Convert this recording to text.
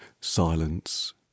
Silence